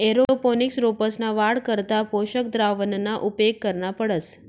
aeroponics रोपंसना वाढ करता पोषक द्रावणना उपेग करना पडस